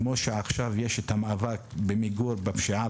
כמו שעכשיו יש את המאבק במיגור הפשיעה